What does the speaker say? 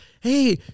hey